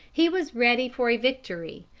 he was ready for a victory,